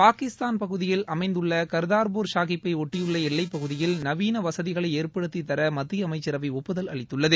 பாகிஸ்தான் பகுதியில் அமைந்துள்ள கர்தார்பூர் ஷாகிப்ளப ஒட்டிய எல்லைப்பகுதியில் நவீன வசதிகளை ஏற்படுத்தித்தர மத்திய அமைச்சரவை ஒப்புதல் அளித்துள்ளது